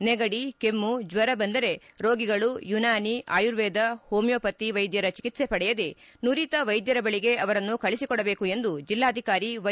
ನೆಗಡಿ ಕೆಮ್ಮು ಜ್ವರ ಬಂದರೆ ರೋಗಿಗಳು ಯುನಾನಿ ಆಯುರ್ವೇದ ಹೋಮಿಯೋಪತಿ ವೈದ್ಯರ ಚಿಕಿತ್ಸೆ ಪಡೆಯದೇ ನುರಿತ ವೈದ್ಯರ ಬಳಿಗೆ ಅವರನ್ನು ಕಳಿಸಿಕೊಡಬೇಕು ಎಂದು ಜಿಲ್ಲಾಧಿಕಾರಿ ವೈ